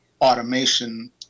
automation